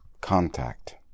contact